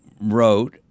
wrote